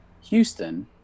Houston